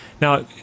Now